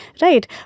right